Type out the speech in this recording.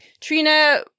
Trina